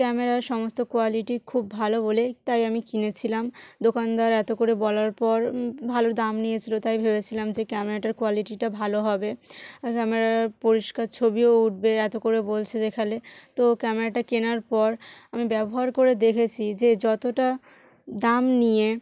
ক্যামেরার সমস্ত কোয়ালিটি খুব ভালো বলে তাই আমি কিনেছিলাম দোকানদার এত করে বলার পর ভালো দাম নিয়েছিল তাই ভেবেছিলাম যে ক্যামেরাটার কোয়ালিটিটা ভালো হবে ক্যামেরার পরিষ্কার ছবিও উঠবে এত করে বলছে যেখানে তো ক্যামেরাটা কেনার পর আমি ব্যবহার করে দেখেছি যে যতটা দাম নিয়ে